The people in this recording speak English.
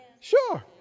Sure